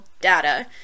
data